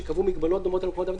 שקבעו מגבלות דומות במקומות עבודה,